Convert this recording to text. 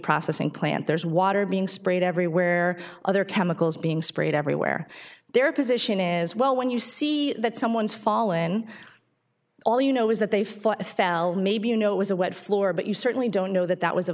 processing plant there's water being sprayed everywhere other chemicals being sprayed everywhere their position is well when you see that someone's fallen all you know is that they fought a foul maybe you know it was a wet floor but you certainly don't know that that was a